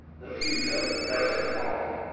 the future presseth on.